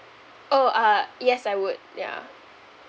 oh uh yes I would yeah